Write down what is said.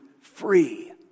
free